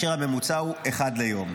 הממוצע הוא אחד ליום.